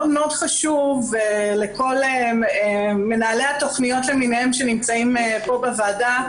מאוד חשוב לכל מנהלי התכניות למיניהם שנמצאים פה בוועדה,